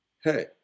hey